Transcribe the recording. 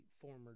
former